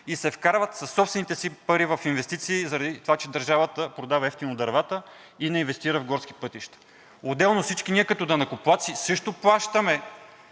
и се вкарват със собствените си пари в инвестиции, заради това че държавата продава евтино дървата и не инвестира в горски пътища. Отделно всички ние като данъкоплатци също плащаме